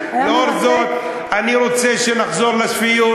לאור זאת, אני רוצה שנחזור לשפיות.